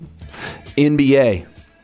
NBA